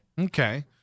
Okay